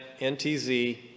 NTZ